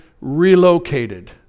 Relocated